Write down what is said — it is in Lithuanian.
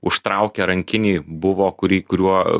užtraukia rankinį buvo kurį kuriuo